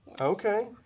Okay